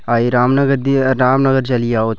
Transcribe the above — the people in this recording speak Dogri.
आए रामनगर दी ऐ रामनगर चली जाओ